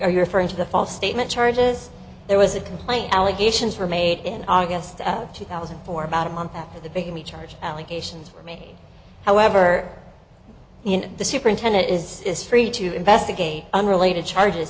are you referring to the false statement charges there was a complaint allegations were made in august of two thousand and four about a month after the bigamy charge allegations were made however you know the superintendent is is free to investigate unrelated charges